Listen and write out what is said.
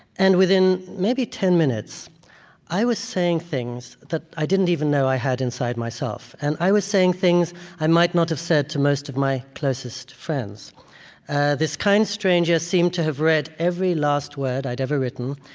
and within maybe ten minutes i was saying things that i didn't even know i had inside myself. and i was saying things i might not have said to most of my closest friends this kind stranger seemed to have read every last word i'd ever written.